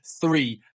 Three